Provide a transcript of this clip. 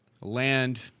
land